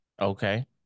Okay